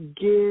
give